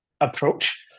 approach